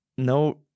No